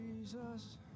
Jesus